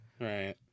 Right